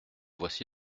voici